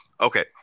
Okay